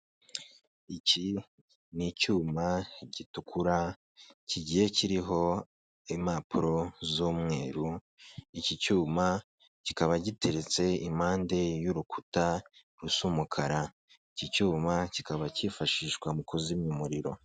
Iki ni icyuma gitukura, kigiye kiriho impapuro z'umweru, iki cyuma kikaba giteretse impande y'urukuta rusa umukara, iki cyuma kikaba cyifashishwa mu kuzimya umuriro.